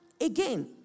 again